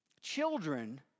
children